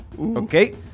Okay